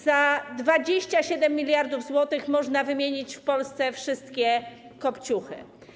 Za 27 mld zł można wymienić w Polsce wszystkie kopciuchy.